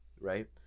right